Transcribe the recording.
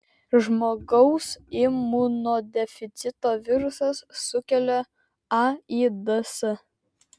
žmogaus imunodeficito virusas sukelia aids